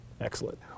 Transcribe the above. Excellent